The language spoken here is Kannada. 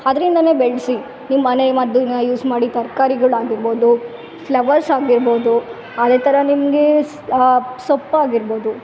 ಅದರಿಂದನೆ ಬೆಳೆಸಿ ನಿಮ್ಮ ಮನೆ ಮದ್ದು ಯೂಸ್ ಮಾಡಿ ತರಕಾರಿಗಳ್ ಆಗಿರ್ಬೋದು ಫ್ಲವರ್ಸ್ ಆಗಿರ್ಬೋದು ಅದೇ ಥರ ನಿಮಗೆ ಸ್ ಸೊಪ್ಪು ಆಗಿರ್ಬೋದು